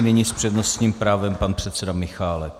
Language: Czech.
Nyní s přednostním právem pan předseda Michálek.